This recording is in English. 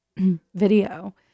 video